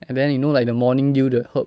and then you know like the morning dew 的 herb